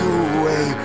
away